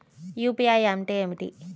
UPI అంటే ఏమిటీ?